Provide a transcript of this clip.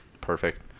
perfect